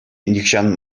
нихӑҫан